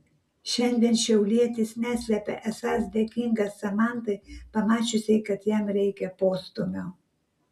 šiandien šiaulietis neslepia esąs dėkingas samantai pamačiusiai kad jam reikia postūmio